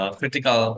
critical